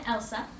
Elsa